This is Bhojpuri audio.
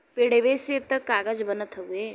पेड़वे से त कागज बनत हउवे